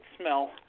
smell